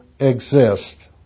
exist